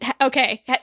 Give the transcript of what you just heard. Okay